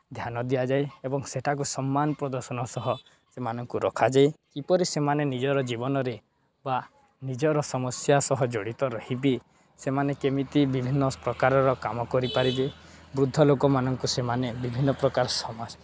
ଧ୍ୟାନ ଦିଆଯାଏ ଏବଂ ସେଠାକୁ ସମ୍ମାନ ପ୍ରଦର୍ଶନ ସହ ସେମାନଙ୍କୁ ରଖାଯାଏ କିପରି ସେମାନେ ନିଜର ଜୀବନରେ ବା ନିଜର ସମସ୍ୟା ସହ ଜଡ଼ିତ ରହିବେ ସେମାନେ କେମିତି ବିଭିନ୍ନପ୍ରକାରର କାମ କରିପାରିବେ ବୃଦ୍ଧ ଲୋକମାନଙ୍କୁ ସେମାନେ ବିଭିନ୍ନପ୍ରକାର